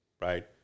right